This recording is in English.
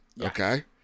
Okay